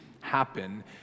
happen